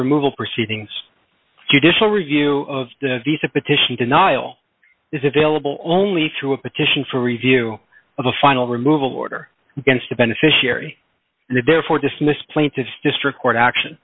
removal proceedings judicial review of the visa petition denial is available only to a petition for review of a final removal order against a beneficiary therefore dismissed plaintiff's district court